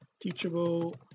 teachable